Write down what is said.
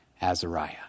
Azariah